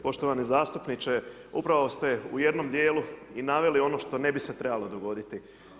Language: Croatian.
Poštovani zastupniče, upravo ste u jednom dijelu i naveli ono što ne bi se trebalo dogoditi.